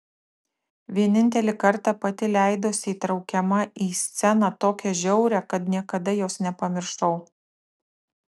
vienintelį kartą pati leidosi įtraukiama į sceną tokią žiaurią kad niekada jos nepamiršau